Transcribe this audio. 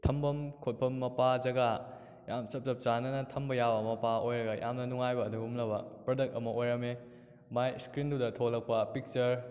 ꯊꯝꯐꯝ ꯈꯣꯠꯐꯝ ꯃꯄꯥ ꯖꯥꯒ ꯌꯥꯝꯅ ꯆꯞ ꯆꯞ ꯆꯥꯟꯅꯅ ꯊꯝꯕ ꯌꯥꯕ ꯃꯄꯥ ꯑꯣꯏꯔꯒ ꯌꯥꯝꯅ ꯅꯨꯡꯉꯥꯏꯕ ꯑꯗꯨꯒꯨꯝꯂꯕ ꯄ꯭ꯔꯗꯛ ꯑꯃ ꯑꯣꯏꯔꯝꯃꯦ ꯃꯥꯒꯤ ꯏꯁꯀ꯭ꯔꯤꯟꯗꯨꯗ ꯊꯣꯛꯂꯛꯄ ꯄꯤꯛꯆꯔ